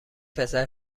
پسر